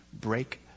break